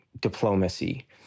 diplomacy